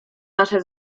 nasze